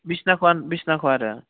बिसिनाखौ बिसिनाखौ आरो